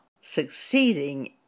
succeeding